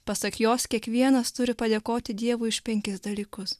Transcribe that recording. pasak jos kiekvienas turi padėkoti dievui už penkis dalykus